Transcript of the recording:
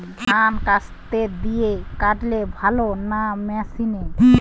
ধান কাস্তে দিয়ে কাটলে ভালো না মেশিনে?